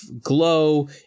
Glow